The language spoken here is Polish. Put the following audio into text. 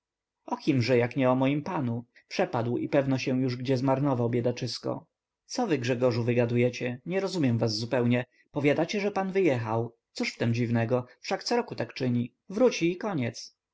że jak nie o moim panu przepadł i pewno się już gdzie zmarnował biedaczysko co wy grzegorzu wygadujecie nie rozumiem was zupełnie powiadacie że pan wyjechał cóż w tem dziwnego wszak co rok to czynił wróci i koniec